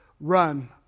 run